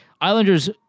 Islanders